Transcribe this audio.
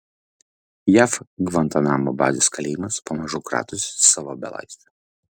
jav gvantanamo bazės kalėjimas pamažu kratosi savo belaisvių